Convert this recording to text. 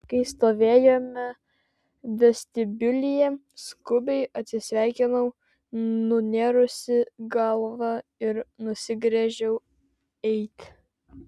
kai stovėjome vestibiulyje skubiai atsisveikinau nunėrusi galvą ir nusigręžiau eiti